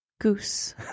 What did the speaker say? Goose